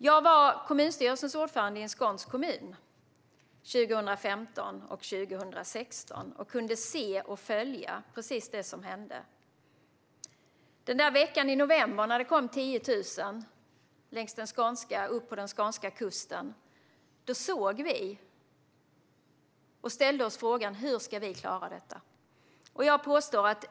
Jag var kommunstyrelsens ordförande i en skånsk kommun 2015 och 2016 och kunde se och följa precis det som hände. Den där veckan i november när det kom 10 000 personer upp på den skånska kusten ställde vi oss frågan hur vi skulle klara detta.